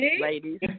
ladies